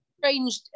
strange